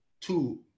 two